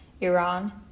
Iran